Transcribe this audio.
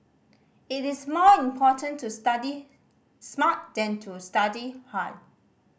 it is more important to study smart than to study hard